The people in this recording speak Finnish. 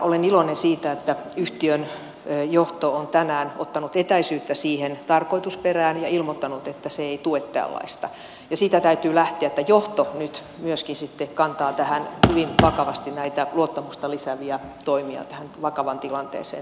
olen iloinen siitä että yhtiön johto on tänään ottanut etäisyyttä siihen tarkoitusperään ja ilmoittanut että se ei tue tällaista ja siitä täytyy lähteä että johto nyt myöskin sitten kantaa hyvin vakavasti näitä luottamusta lisääviä toimia tähän vakavaan tilanteeseen